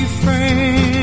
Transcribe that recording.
friends